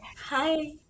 Hi